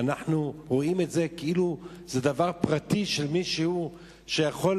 אנחנו רואים את זה כאילו זה דבר פרטי של מישהו שיכול